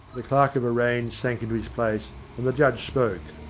the clerk of arraigns sank into his place, and the judge spoke.